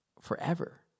forever